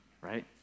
Right